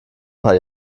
paar